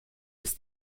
ist